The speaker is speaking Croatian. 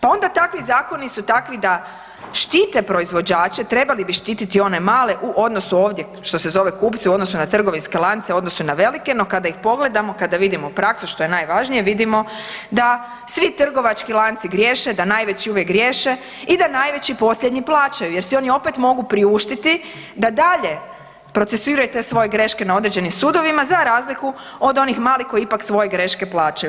Pa onda takvi zakoni su takvi da štite proizvođače, trebali bi štititi one male u odnosu ovdje, što se zove kupci u odnosu na trgovinske lance, u odnosu na velike, no kada ih pogledamo kada vidimo praksu, što je najvažnije, vidimo da svi trgovački lanci griješe, da najveći uvijek griješe i da najveći posljednji plaćaju, jer si oni opet mogu priuštiti da dalje procesuiraju te svoje greške na određenim sudovima za razliku od onih malih koji ipak svoje greške plaćaju.